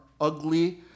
ugly